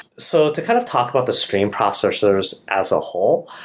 so to kind of talk about the stream processors as a whole,